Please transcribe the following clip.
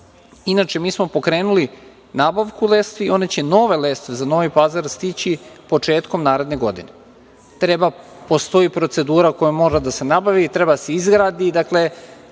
mi smo pokrenuli nabavku lestvi i nove lestve za Novi Pazar će stići početkom naredne godine. Postoji procedura kojom mora da se nabavi. Treba da se izgradi.